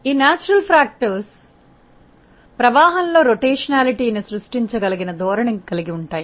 మరియు ఈ సహజ కారకాలు ప్రవాహంలో భ్రమణతను సృష్టించగల ధోరణిని కలిగి ఉంటాయి